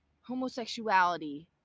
homosexuality